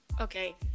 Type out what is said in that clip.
Okay